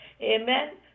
Amen